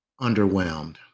underwhelmed